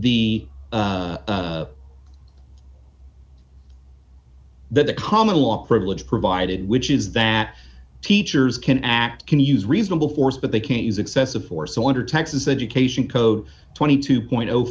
the the common law privilege provided which is that teachers can act can use reasonable force but they can't use excessive force so under texas education code twenty two point